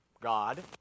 god